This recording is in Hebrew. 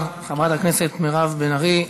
חברת הכנסת מירב בן ארי.